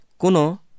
Kuno